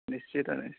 ନିଶ୍ଚିତ ନିଶ୍ଚିତ